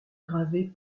gravés